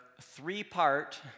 three-part